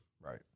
right